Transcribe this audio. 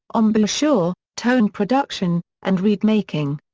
embouchure, tone production, and reed making.